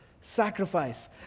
sacrifice